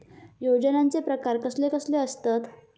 योजनांचे प्रकार कसले कसले असतत?